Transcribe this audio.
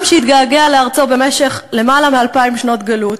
עם שהתגעגע לארצו במשך למעלה מאלפיים שנות גלות,